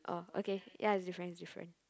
oh okay ya is different is different